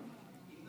זה